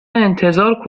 انتظار